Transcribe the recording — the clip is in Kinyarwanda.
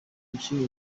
umukinnyi